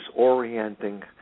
disorienting